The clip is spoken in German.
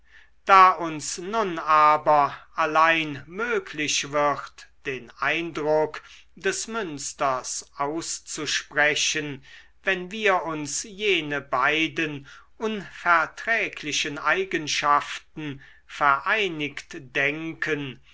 da uns nun aber allein möglich wird den eindruck des münsters auszusprechen wenn wir uns jene beiden unverträglichen eigenschaften vereinigt denken